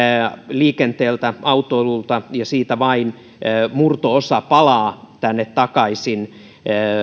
liikenteeltä autoilulta ja siitä vain murto osa palaa tänne takaisin